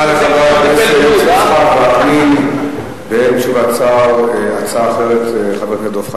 אני מקווה בשבילך שהוא לא יטפל בזה כפי שהוא מטפל בלוד.